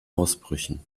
ausbrüchen